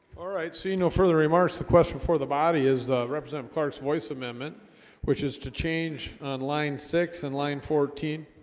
all right, so you no further remarks the question before the body is representative clark's voice amendment which is to change on line six in line fourteen?